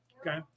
okay